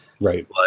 Right